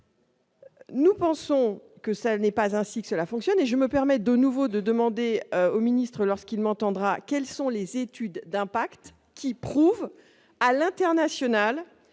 Nous pensons que ça n'est pas ainsi que cela fonctionne et je me permets de nouveau de demander au ministre lorsqu'il m'entendra, quelles sont les études d'impact qui prouve à l'international